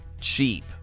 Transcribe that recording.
cheap